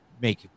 make